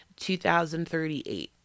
2038